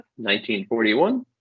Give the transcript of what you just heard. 1941